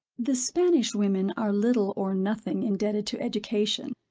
the spanish women are little or nothing indebted to education.